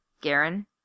Garen